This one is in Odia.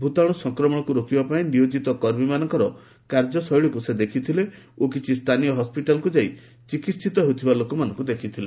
ଭୂତାଣୁ ସଂକ୍ରମଣକୁ ରୋକିବା ପାଇଁ ନିୟୋଜିତ କର୍ମୀମାନଙ୍କର କାର୍ଯ୍ୟଶୈଳୀକୁ ସେ ଦେଖିଥିଲେ ଓ କିଛି ସ୍ଥାନୀୟ ହସ୍କିଟାଲକୁ ଯାଇ ଚିକିହିତ ହେଉଥିବା ଲୋକମାନଙ୍କ ଦେଖିଥିଲେ